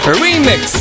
remix